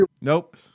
Nope